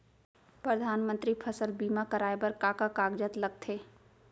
परधानमंतरी फसल बीमा कराये बर का का कागजात लगथे?